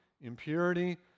impurity